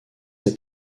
est